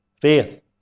faith